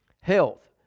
health